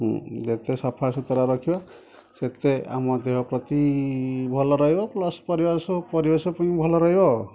ଯେତେ ସଫା ସୁତୁରା ରଖିବା ସେତେ ଆମ ଦେହ ପ୍ରତି ଭଲ ରହିବ ପ୍ଲସ୍ ପରିବେଶ ପାଇଁ ଭଲ ରହିବ ଆଉ